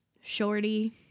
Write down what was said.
Shorty